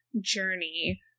journey